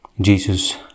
Jesus